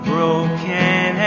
Broken